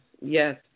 yes